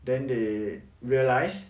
then they realised